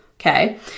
Okay